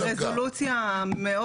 זה הגיע לרזולוציה מאוד